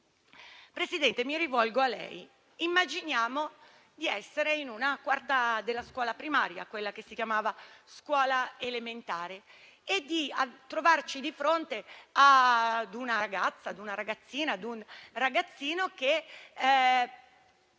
Presidente, mi rivolgo a lei. Immaginiamo di essere in una quarta della scuola primaria, quella che si chiamava scuola elementare, e di trovarci di fronte a una ragazzina o a un ragazzino che